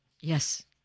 Yes